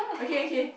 okay okay